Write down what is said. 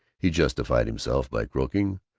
he justified himself by croaking,